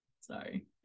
sorry